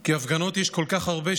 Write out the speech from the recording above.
" כי הפגנות יש כל כך הרבה,